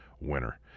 winner